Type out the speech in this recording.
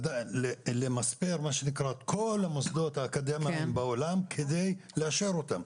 למספר את כל המוסדות האקדמיים ברחבי העולם כדי לאשר אותם.